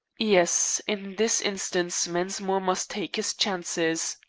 yes in this instance, mensmore must take his chances.